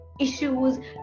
issues